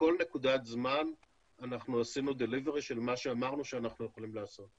בכל נקודת זמן אנחנו עשינו דליברי של מה שאמרנו שאנחנו יכולים לעשות.